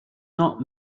not